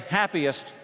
happiest